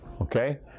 Okay